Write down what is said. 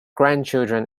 grandchildren